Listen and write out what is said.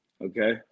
okay